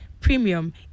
Premium